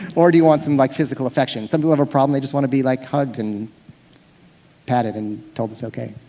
or do you want some like physical affection? some people have a problem, they just want to be like hugged and patted and told it's okay